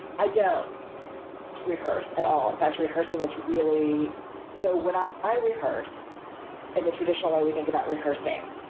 i don't rehearse at all. in fact, rehearsing is really so when i i rehearse in the traditional way we think about rehearsing,